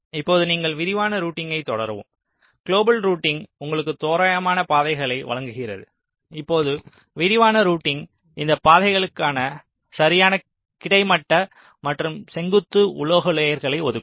இப்போது நீங்கள் விரிவான ரூட்டிங்கை தொடரவும் குளோபல் ரூட்டிங் உங்களுக்கு தோராயமான பாதைகளை வழங்குகிறது இப்போது விரிவான ரூட்டிங் இந்த பாதைகளுக்கான சரியான கிடைமட்ட மற்றும் செங்குத்து உலோக லேயர்களை ஒதுக்கும்